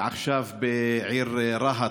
עכשיו בעיר רהט,